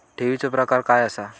ठेवीचो प्रकार काय असा?